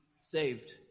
saved